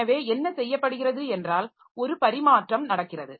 எனவே என்ன செய்யப்படுகிறது என்றால் ஒரு பரிமாற்றம் நடக்கிறது